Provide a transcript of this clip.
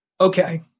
okay